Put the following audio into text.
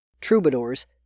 Troubadours